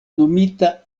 nomita